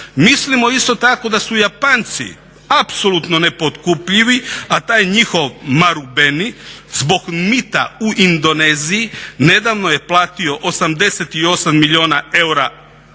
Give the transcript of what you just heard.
Mislimo isto tako da su Japanci apsolutno nepotkupljivi, a taj njihov Marubeni zbog mita u Indoneziji nedavno je platio 88 milijuna eura